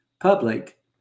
public